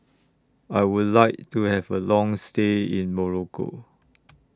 I Would like to Have A Long stay in Morocco